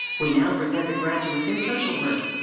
we now present the graduates in social work.